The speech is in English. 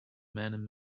man